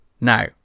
now